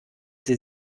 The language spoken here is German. sie